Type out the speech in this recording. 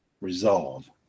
resolve